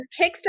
Kickstarter